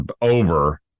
over